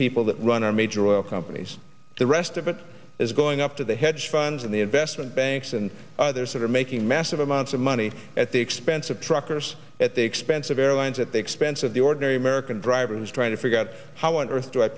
people that run our major oil companies the rest of it is going up to the hedge funds and the investment banks and others that are making massive amounts of money at the expense of truckers at the expense of airlines at the expense of the ordinary american drivers trying to figure out how on earth do i